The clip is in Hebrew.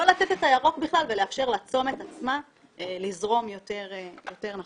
לא לתת את הירוק בכלל ולאפשר לצומת עצמו לזרום יותר נכון.